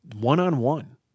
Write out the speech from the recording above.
one-on-one